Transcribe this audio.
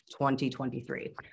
2023